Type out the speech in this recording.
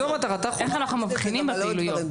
אפשר להגיד את זה גם על עוד דברים.